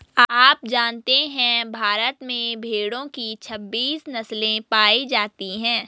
आप जानते है भारत में भेड़ो की छब्बीस नस्ले पायी जाती है